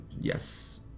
yes